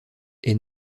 est